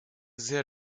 sehr